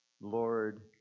Lord